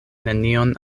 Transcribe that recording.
nenion